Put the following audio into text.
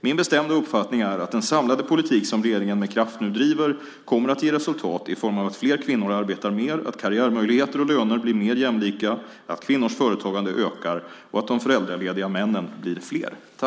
Min bestämda uppfattning är att den samlade politik som regeringen med kraft nu driver kommer att ge resultat i form av att flera kvinnor arbetar mer, att karriärmöjligheter och löner blir mer jämlika, att kvinnors företagande ökar och att de föräldralediga männen blir flera.